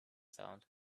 sound